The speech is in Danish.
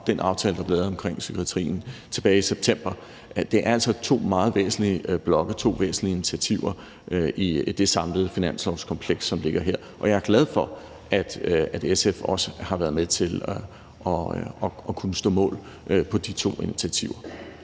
den aftale, der blev lavet omkring psykiatrien tilbage i september, er altså to meget væsentlige initiativer i det samlede finanslovskompleks, som ligger her. Og jeg er glad for, at SF også har været med til at kunne stå på mål for de to initiativer.